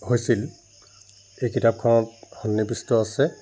হৈছিল এই কিতাপখনত সন্নিৱিষ্ট আছে